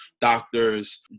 doctors